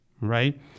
right